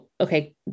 Okay